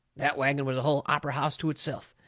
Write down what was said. that wagon was a hull opry house to itself.